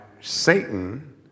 Satan